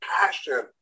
passion